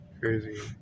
Crazy